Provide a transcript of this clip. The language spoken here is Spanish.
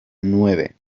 nueve